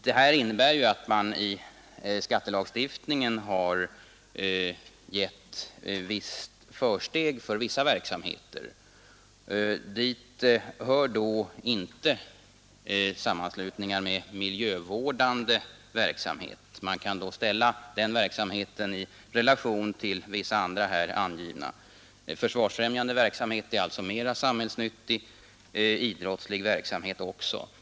Det innebär att man i skattelagstiftningen har gett ett i och för sig angeläget försteg åt vissa verksamheter. Dit hör dock inte sammanslutningar med miljövårdande uppgifter. Man kan då ställa den verksamheten i relation till vissa andra, här angivna. Försvarsfrämjande verksamhet anses alltså mera samhällsnyttig, idrottslig verksamhet också.